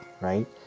right